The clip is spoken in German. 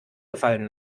gefallen